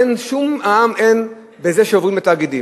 אין שום מע"מ בזה שעוברים לתאגידים.